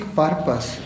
purpose